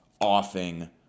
offing